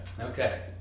Okay